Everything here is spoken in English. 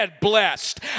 Blessed